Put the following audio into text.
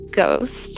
ghost